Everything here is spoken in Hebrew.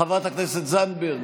חברת הכנסת זנדברג,